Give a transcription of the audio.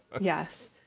Yes